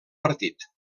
partit